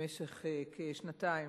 במשך כשנתיים.